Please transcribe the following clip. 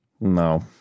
No